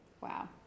Wow